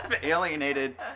alienated